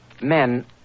men